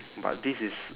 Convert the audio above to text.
but this is